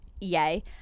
yay